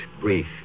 brief